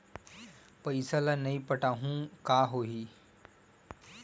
पईसा ल नई पटाहूँ का होही?